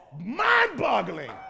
mind-boggling